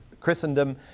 Christendom